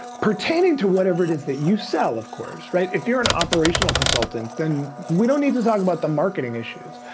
pertaining to whatever it is that you sell, of course, right? if you're an operational consultant, then we don't need to talk about the marketing issues.